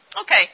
Okay